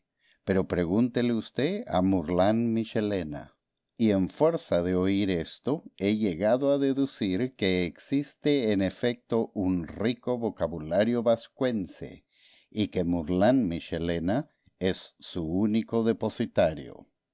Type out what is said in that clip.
pero pregúntele usted a mourlane michelena y en fuerza de oír esto he llegado a deducir que existe en efecto un rico vocabulario vascuence y que mourlane michelena es su único depositario